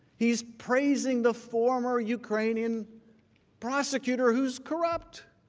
he is praising the former ukrainian prosecutor who is corrupt.